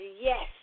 Yes